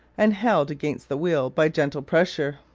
and held against the wheel by gentle pressure.